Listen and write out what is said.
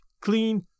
clean